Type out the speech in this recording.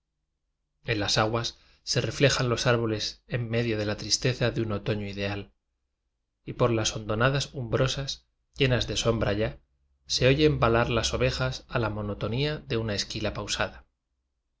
en las aguas se reflejan los árboles en medio de la tristeza de un otoño ideal y por las hondonadas umbrosas llenas de sombra ya se oyen balar las ovejas a la monotonía de una esquila pausada